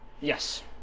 Yes